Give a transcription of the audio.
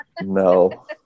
No